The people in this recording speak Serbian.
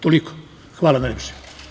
Toliko i hvala najlepše.